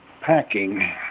packing